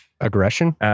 aggression